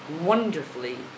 wonderfully